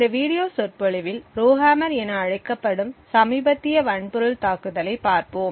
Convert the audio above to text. இந்த வீடியோ சொற்பொழிவில் ரோஹம்மர் என அழைக்கப்படும் சமீபத்திய வன்பொருள் தாக்குதலைப் பார்ப்போம்